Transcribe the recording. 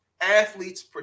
athletes